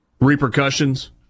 repercussions